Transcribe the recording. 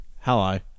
Hello